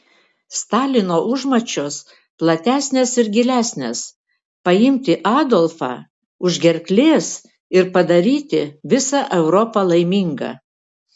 stalino užmačios platesnės ir gilesnės paimti adolfą už gerklės ir padaryti visą europą laimingą